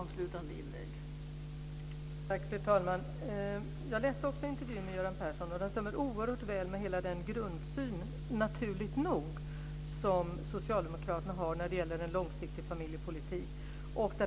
Fru talman! Jag läste också intervjun med Göran Persson. Den stämmer oerhört väl med den grundsyn, naturligt nog, som socialdemokraterna har när det gäller en långsiktig familjepolitik.